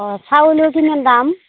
অঁ চাউলৰ কিমান দাম